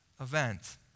event